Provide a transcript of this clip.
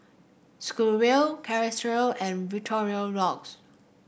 Schweppes Chateraise and Victorinox